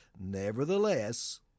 Nevertheless